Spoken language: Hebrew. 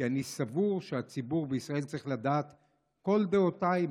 כי אני סבור שהציבור בישראל צריך לדעת את כל דעותיי,